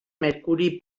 mercuri